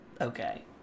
Okay